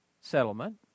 settlement